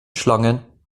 schlangen